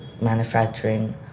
manufacturing